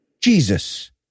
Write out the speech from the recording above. Jesus